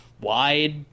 wide